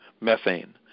methane